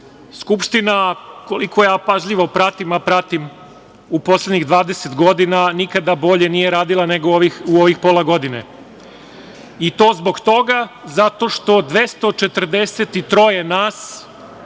osvrnuo. Skupština, koliko ja pažljivo pratim, a pratim u poslednjih 20 godina, nikada bolje nije radila nego u ovih pola godine i to zbog toga zato što 243 nas